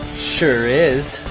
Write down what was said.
sure is.